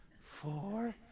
four